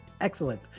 Excellent